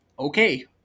okay